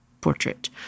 portrait